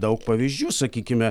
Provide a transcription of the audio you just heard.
daug pavyzdžių sakykime